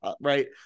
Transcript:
right